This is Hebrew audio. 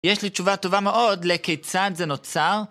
יש לי תשובה טובה מאוד, לכיצד זה נוצר.